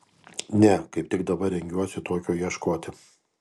ne kaip tik dabar rengiuosi tokio ieškoti